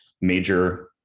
major